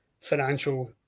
financial